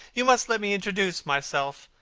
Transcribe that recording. you must let me introduce myself.